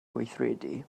gweithredu